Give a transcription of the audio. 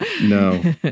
No